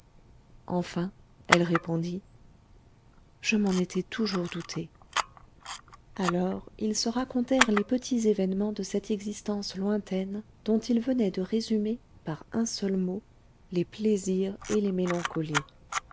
enfin elle répondit je m'en étais toujours doutée alors ils se racontèrent les petits événements de cette existence lointaine dont ils venaient de résumer par un seul mot les plaisirs et les mélancolies